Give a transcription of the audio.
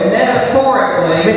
metaphorically